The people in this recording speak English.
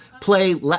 play